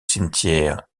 cimetière